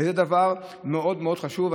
וזה דבר מאוד מאוד חשוב.